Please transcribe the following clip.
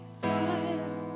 fire